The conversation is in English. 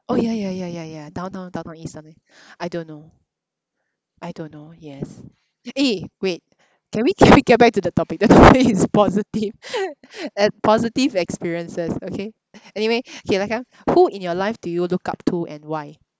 oh ya ya ya ya ya downtown downtown east something I don't know I don't know yes eh wait can we can we get back to the topic the topic is positive at positive experiences okay anyway okay lah come who in your life do you look up to and why